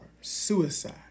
suicide